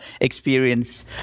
experience